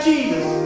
Jesus